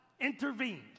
intervened